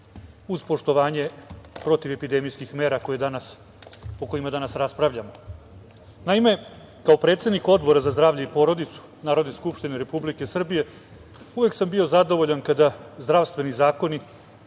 uz poštovanje protivepidemijskih mera o kojima danas raspravljamo. Naime, kao predsednik Odbora za zdravlje i porodicu Narodne skupštine Republike Srbije uvek sam bio zadovoljan kada zdravstveni zakoni